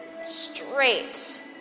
straight